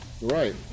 Right